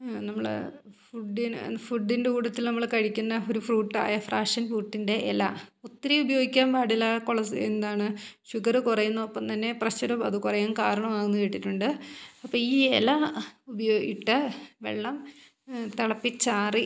നമ്മൾ ഫുഡിന് ഫുഡിൻ്റെ കൂടത്തിൽ നമ്മൾ കഴിക്കുന്ന ഒരു ഫ്രൂട്ടായ ഫ്രാഷൻ ഫൂട്ടിൻ്റെ ഇല ഒത്തിരി ഉപയോഗിക്കാൻ പാടില്ല കൊളസ് എന്താണ് ഷുഗറ് കുറയുന്നതിനൊപ്പം തന്നെ പ്രഷറും അത് കുറയാൻ കാരണമാകും എന്നു കേട്ടിട്ടുണ്ട് അപ്പോൾ ഈ ഇല ഉപയോഗിച്ച് ഇട്ട് വെള്ളം തിളപ്പിച്ചാറി